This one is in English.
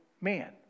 man